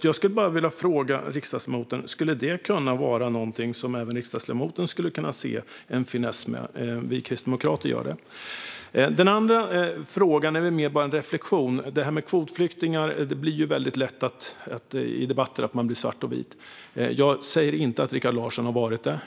Jag skulle vilja fråga riksdagsledamoten om detta skulle kunna vara något som även riksdagsledamoten skulle kunna se en finess med. Vi kristdemokrater gör det. Den andra frågan är mer bara en reflektion. När det gäller kvotflyktingar blir man lätt svart och vit i debatter. Jag säger inte att Rikard Larsson har varit det.